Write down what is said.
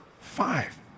Five